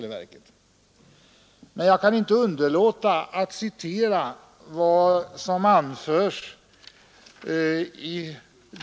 Jag kan emellertid inte underlåta att citera en del av vad postverket yttrat.